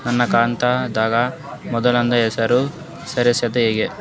ನನ್ನ ಖಾತಾ ದಾಗ ಮತ್ತೋಬ್ರ ಹೆಸರು ಸೆರಸದು ಹೆಂಗ್ರಿ?